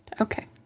Okay